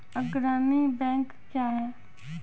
अग्रणी बैंक क्या हैं?